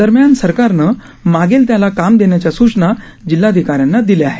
दरम्यान सरकारनं मागेल त्याला काम देण्याच्या सूचना जिल्हाधिकाऱ्यांना दिल्या आहेत